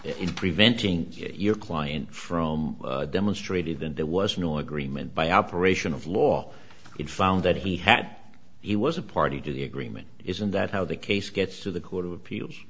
in preventing your client from demonstrated and there was no agreement by operation of law it found that he had he was a party to the agreement isn't that how the case gets to the court of appeals